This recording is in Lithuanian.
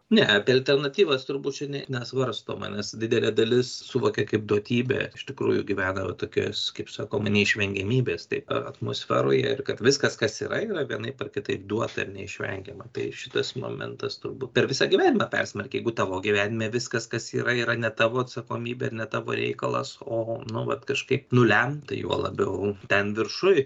ne apie alternatyvas turbūt čia nei nesvarstoma nes didelė dalis suvokia kaip duotybę iš tikrųjų gyvena va tokios kaip sakoma neišvengiamybės taip atmosferoje ir kad viskas kas yra yra vienaip ar kitaip duota ir neišvengiama tai šitas momentas turbūt per visą gyvenimą persmelkia jeigu tavo gyvenime viskas kas yra yra ne tavo atsakomybė ir ne tavo reikalas o nu vat kažkaip nulemta juo labiau ten viršuj